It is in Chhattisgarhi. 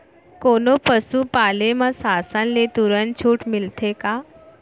कोनो पसु पाले म शासन ले तुरंत छूट मिलथे का?